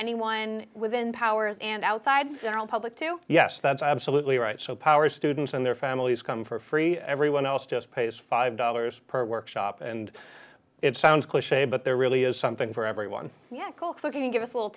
anyone within powers and outside general public to yes that's absolutely right so power students and their families come for free everyone else just pays five dollars per workshop and it sounds cliche but there really is something for everyone yet cool looking to g